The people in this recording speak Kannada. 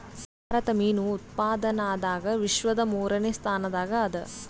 ಭಾರತ ಮೀನು ಉತ್ಪಾದನದಾಗ ವಿಶ್ವದ ಮೂರನೇ ಸ್ಥಾನದಾಗ ಅದ